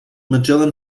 magellan